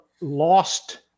lost